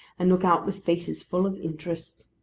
and look out with faces full of interest.